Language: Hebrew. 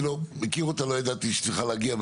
אני לא מכיר אותה ולא ידעתי שהיא צריכה להגיע,